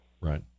Right